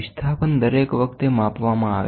વિસ્થાપન દરેક વખતે માપવામા આવે છે